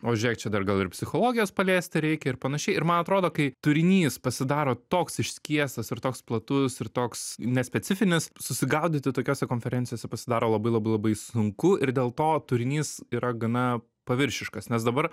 o žiūrėk čia dar gal ir psichologijos paliesti reikia ir panašiai ir man atrodo kai turinys pasidaro toks išskiestas ir toks platus ir toks nespecifinis susigaudyti tokiose konferencijose pasidaro labai labai labai sunku ir dėl to turinys yra gana paviršiškas nes dabar